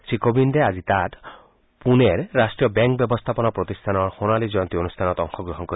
শ্ৰী কোবিন্দে আজি পুনেৰ ৰাষ্ট্ৰীয় বেংক ব্যৱস্থাপনা প্ৰতিষ্ঠানৰ সোণালী জয়ন্তী অনুষ্ঠানত অংশগ্ৰহণ কৰিব